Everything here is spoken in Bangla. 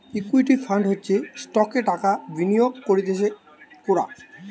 ইকুইটি ফান্ড হচ্ছে স্টকসে টাকা বিনিয়োগ করতিছে কোরা